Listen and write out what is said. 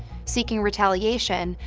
seeking retaliation,